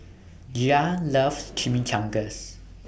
Gia loves Chimichangas